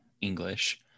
English